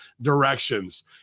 directions